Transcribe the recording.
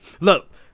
Look